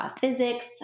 physics